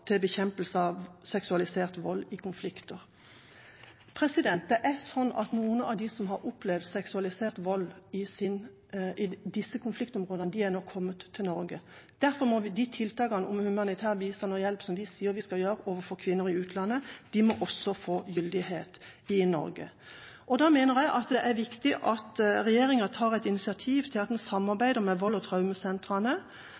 til bekjempelse av seksualisert vold i konflikter. Noen av dem som har opplevd seksualisert vold i disse konfliktområdene, er nå kommet til Norge. Derfor må tiltakene med humanitær bistand og hjelp, som vi sier vi skal gjennomføre overfor kvinner i utlandet, også få gyldighet i Norge. Jeg mener det er viktig at regjeringa tar et initiativ til å samarbeide med volds- og traumesentrene,